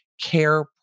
care